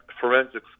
forensics